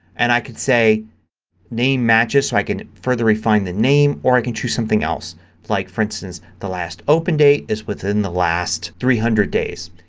and i can say name matches to i can further refine the name or i can choose something else like, for instance, the last opened date is within the last three hundred days.